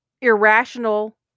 irrational